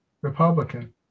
republican